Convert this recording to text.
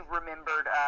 remembered